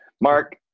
Mark